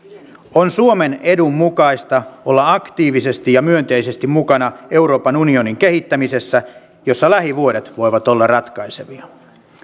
on suomen edun mukaista olla aktiivisesti ja myönteisesti mukana euroopan unionin kehittämisessä jossa lähivuodet voivat olla ratkaisevia